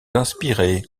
inspirer